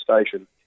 station